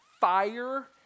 fire